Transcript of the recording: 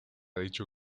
dicho